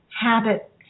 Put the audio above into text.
habit